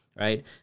right